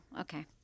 okay